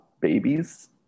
babies